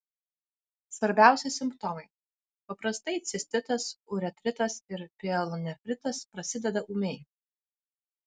svarbiausi simptomai paprastai cistitas uretritas ir pielonefritas prasideda ūmiai